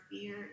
fear